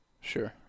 Sure